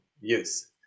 use